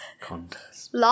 contest